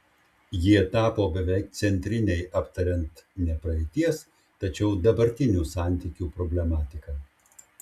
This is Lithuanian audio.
jie tapo beveik centriniai aptariant ne praeities tačiau dabartinių santykių problematiką